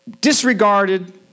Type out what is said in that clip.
disregarded